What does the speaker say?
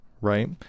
right